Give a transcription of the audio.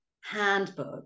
handbook